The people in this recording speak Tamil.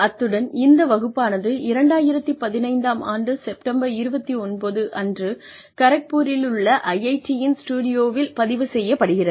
அத்துடன் இந்த வகுப்பானது 2015 ஆம் ஆண்டு செப்டம்பர் 29 அன்று கரக்பூரிலுள்ள IIT யின் ஸ்டுடியோவில் பதிவு செய்யப் படுகிறது